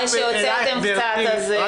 אחרי שהוצאתם קצת ------ גברתי,